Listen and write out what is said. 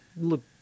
look